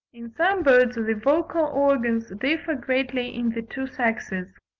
in some birds the vocal organs differ greatly in the two sexes.